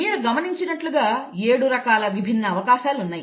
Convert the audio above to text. మీరు గమనించినట్లుగా ఏడు రకాల విభిన్న అవకాశాలు ఉన్నాయి